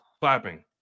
clapping